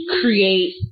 create